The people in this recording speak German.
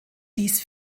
dies